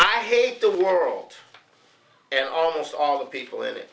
i hate the world and almost all the people in it